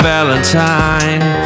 Valentine